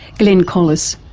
glen collis.